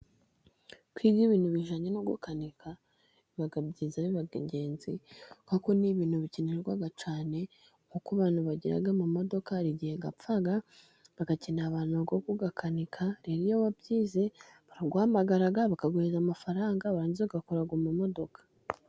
Kwiga ibintu bijyanye no gukanika biba byiza biba ingenzi kuko ni ibintu bikenerwa cyane nko ku bantu bagira amamodoka hari igihe apfa bagakenera abantu bo kuyakanika, rero iyo wabyize baraguhamagara bakaguhereza amafaranga warangiza ugakora ayo mamodoka.